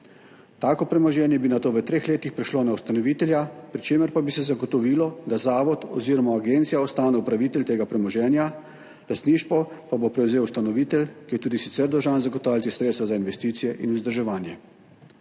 Tako premoženje bi nato v treh letih prišlo na ustanovitelja, pri čemer pa bi se zagotovilo, da zavod oziroma agencija ostane upravitelj tega premoženja, lastništvo pa bo prevzel ustanovitelj, ki je tudi sicer dolžan zagotavljati sredstva za investicije in vzdrževanje.